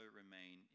remain